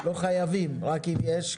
לא חייבים, רק אם יש.